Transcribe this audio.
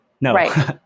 No